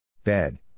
Bed